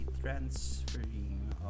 transferring